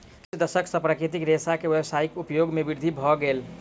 किछ दशक सॅ प्राकृतिक रेशा के व्यावसायिक उपयोग मे वृद्धि भेल अछि